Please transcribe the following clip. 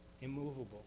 immovable